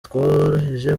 tworoheje